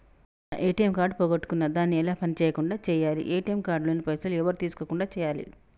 నా ATM card పోగొట్టుకున్నా దాన్ని ఎలా పని చేయకుండా చేయాలి ఏ.టి.ఎమ్ కార్డు లోని పైసలు ఎవరు తీసుకోకుండా చేయాలి?